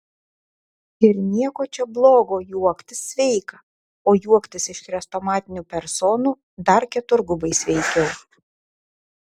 ir nieko čia blogo juoktis sveika o juoktis iš chrestomatinių personų dar keturgubai sveikiau